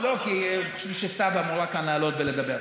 לא, כי סתיו אמורה לעלות לכאן ולדבר.